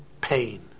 pain